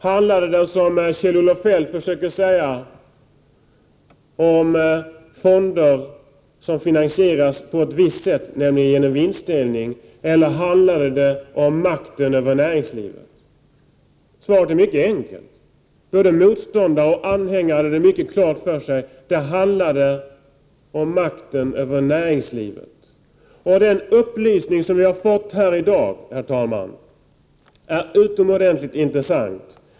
Handlade den, som Kjell-Olof Feldt försöker säga, om fonder som finansieras på ett visst sätt, nämligen genom vinstdelning, eller handlade den om makten över näringslivet. Svaret är mycket enkelt. Både motståndare och anhängare hade det klart för sig: Det handlade om makten över näringslivet. Den upplysning som vi har fått här i dag, herr talman, är utomordentligt intressant.